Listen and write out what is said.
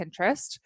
Pinterest